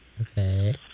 Okay